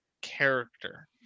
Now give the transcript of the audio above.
character